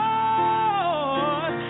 Lord